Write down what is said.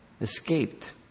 escaped